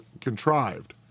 contrived